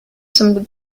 zum